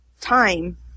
time